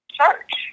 church